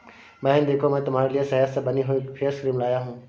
बहन देखो मैं तुम्हारे लिए शहद से बनी हुई फेस क्रीम लाया हूं